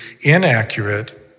inaccurate